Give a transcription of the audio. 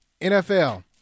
NFL